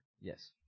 Yes